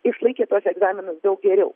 išlaikė tuos egzaminus daug geriau